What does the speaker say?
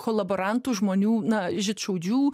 kolaborantų žmonių na žydšaudžių